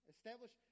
Establish